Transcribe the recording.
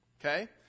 Okay